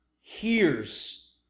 hears